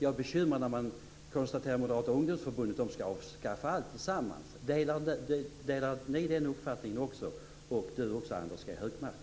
Jag blir bekymrad när jag konstaterar att Moderata ungdomsförbundet vill avskaffa alltsammans. Delar ni den uppfattningen? Den frågan gäller också Anders G Högmark.